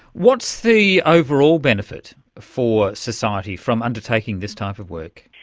what's the overall benefit for society from undertaking this type of work?